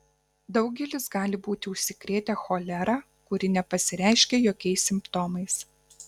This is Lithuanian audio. daugelis gali būti užsikrėtę cholera kuri nepasireiškia jokiais simptomais